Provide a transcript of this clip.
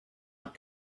not